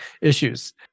issues